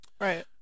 right